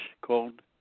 called